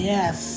Yes